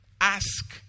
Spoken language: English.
ask